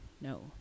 No